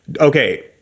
Okay